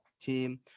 team